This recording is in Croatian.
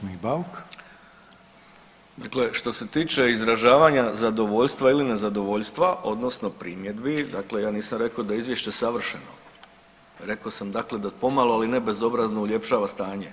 Dakle što se tiče izražavanja zadovoljstva ili nezadovoljstva odnosno primjedbi, dakle ja nisam rekao da je izvješće savršeno, rekao sam dakle da pomalo ali ne bezobrazno uljepšava stanje.